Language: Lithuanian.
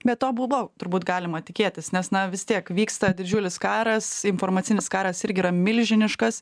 be to buvo turbūt galima tikėtis nes na vis tiek vyksta didžiulis karas informacinis karas irgi yra milžiniškas